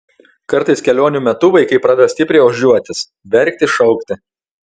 kartais kelionių metu vaikai pradeda stipriai ožiuotis verkti šaukti